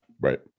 right